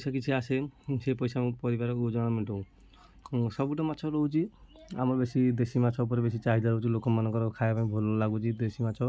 ଯେତିକି ଆସେ ସେଇ ପଇସା ପରିବାର ଗୁଜୁରାଣ ମେଣ୍ଟାଉ